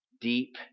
deep